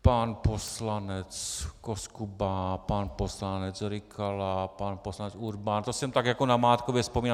Pan poslanec Koskuba, pan poslanec Rykala, pan poslanec Urban, to jsem tak jako namátkově vzpomněl .